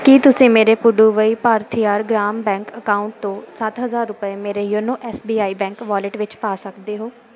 ਕੀ ਤੁਸੀਂ ਮੇਰੇ Puduvai Bharathiar Grama bank account ਤੋਂ ਸੱਠ ਹਜ਼ਾਰ ਰੁਪਏ ਮੇਰੇ ਯੋਨੋ ਐਸਬੀਆਈ ਵਾਲਿਟ ਵਿੱਚ ਪਾ ਸਕਦੇ ਹੋ